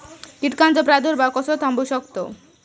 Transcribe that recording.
कीटकांचो प्रादुर्भाव कसो थांबवू शकतव?